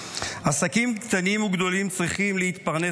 עסקים קטנים וגדולים צריכים להתפרנס